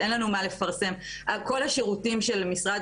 אין לנו מה לפרסם כל השירותים של משרד